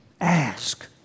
Ask